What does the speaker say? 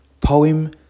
poem